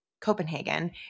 Copenhagen